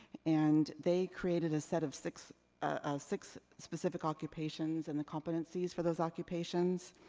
and they created a set of six ah six specific occupations and the competencies for those occupations.